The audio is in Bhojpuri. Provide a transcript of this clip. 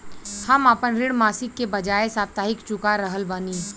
हम आपन ऋण मासिक के बजाय साप्ताहिक चुका रहल बानी